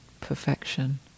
perfection